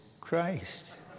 Christ